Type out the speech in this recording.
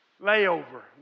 layover